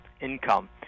income